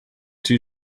two